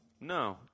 No